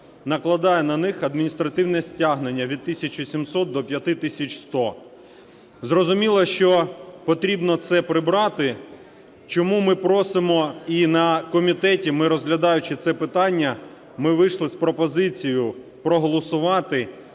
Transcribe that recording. накладає на них адміністративне стягнення від 1 тисячі 700 до 5 тисяч 100. Зрозуміло, що потрібно це прибрати, чому ми просимо, і на комітеті ми, розглядаючи це питання, ми вийшли з пропозицією проголосувати